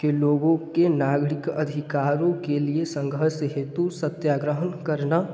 के लोगों के नागरिक अधिकारों के लिए संघर्ष हेतु सत्याग्रहण करना